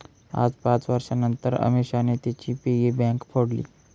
आज पाच वर्षांनतर अमीषाने तिची पिगी बँक फोडली